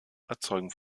erzeugen